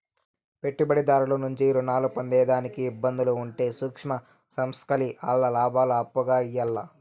పెట్టుబడిదారుల నుంచి రుణాలు పొందేదానికి ఇబ్బందులు ఉంటే సూక్ష్మ సంస్థల్కి ఆల్ల లాబాలు అప్పుగా ఇయ్యాల్ల